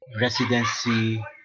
residency